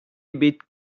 ebet